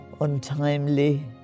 untimely